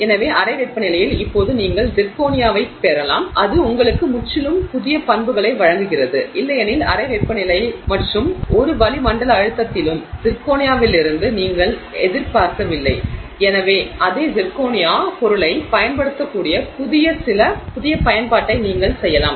எனவே அறை வெப்பநிலையில் இப்போது நீங்கள் சிர்கோனியாவைப் பெறலாம் அது உங்களுக்கு முற்றிலும் புதிய பண்புகளை வழங்குகிறது இல்லையெனில் அறை வெப்பநிலை மற்றும் 1 வளிமண்டல அழுத்தத்திலும் சிர்கோனியாவிலிருந்து நீங்கள் எதிர்பார்க்கவில்லை எனவே அதே சிர்கோனியா பொருளைப் பயன்படுத்தக்கூடிய புதிய சில புதிய பயன்பாட்டை நீங்கள் செய்யலாம்